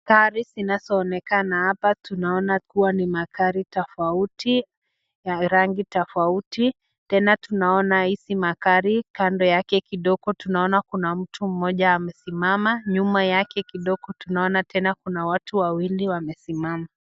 Gari zinazoonekana hapa tunaona kuwa ni magari tofauti, ya rangi tofauti, tena tunaona hizi magari kando yake kidogo tunaona kuna mtu moja amesimama ,nyuma yake kidogo tunaona tena kuna watu wawili wamesimama.